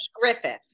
Griffith